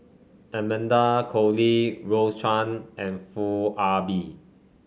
Amanda Koe Lee Rose Chan and Foo Ah Bee